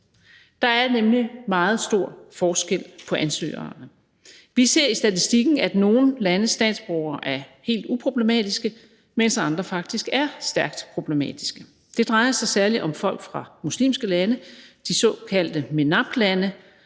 Der er nemlig meget stor forskel på ansøgerne. Vi ser i statistikken, at nogle landes statsborgere er helt uproblematiske, mens andres faktisk er stærkt problematiske. Det drejer sig særlig om folk fra muslimske lande, de såkaldte MENAP-lande